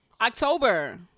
October